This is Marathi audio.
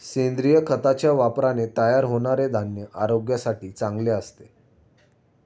सेंद्रिय खताच्या वापराने तयार होणारे धान्य आरोग्यासाठी चांगले असते